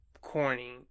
corny